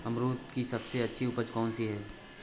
अमरूद की सबसे अच्छी उपज कौन सी है?